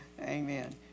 Amen